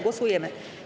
Głosujemy.